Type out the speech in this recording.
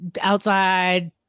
outside